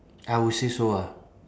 I will say so ah